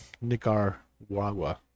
Nicaragua